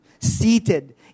seated